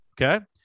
Okay